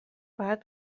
باید